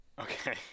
Okay